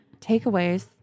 Takeaways